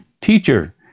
Teacher